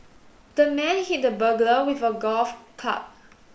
the man hit the burglar with a golf club